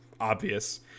obvious